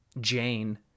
Jane